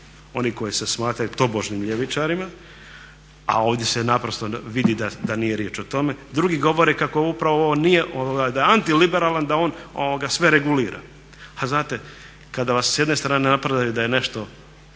onih koji se smatraju tobožnjim ljevičarima, a ovdje se naprosto vidi da nije riječ o tome. Drugi govore kako upravo ovo nije, da je antiliberalan, da on sve regulira. A znate kada vas s jedne strane napadaju da je nešto